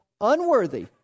unworthy